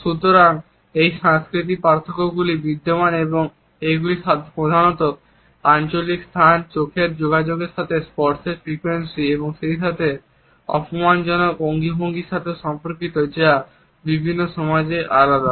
সুতরাং এই সাংস্কৃতিক পার্থক্যগুলি বিদ্যমান এবং এগুলি প্রধানত আঞ্চলিক স্থান চোখের যোগাযোগের সাথে স্পর্শের ফ্রিকোয়েন্সি এবং সেই সাথে অপমানজনক অঙ্গভঙ্গিগুলির সাথে সম্পর্কিত যা বিভিন্ন সমাজে আলাদা